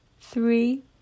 three